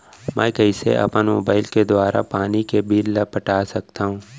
मैं कइसे अपन मोबाइल के दुवारा पानी के बिल ल पटा सकथव?